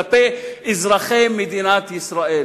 כלפי אזרחי מדינת ישראל: